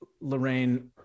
Lorraine